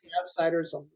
Outsiders